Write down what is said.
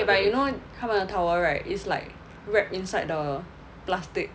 eh but you know 他们的 towel right is like wrapped inside the plastic